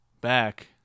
Back